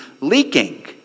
leaking